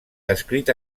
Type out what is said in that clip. descrit